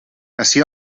ací